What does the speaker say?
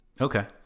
Okay